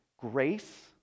grace